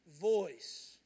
voice